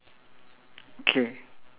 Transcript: ah yes below below is the yellow box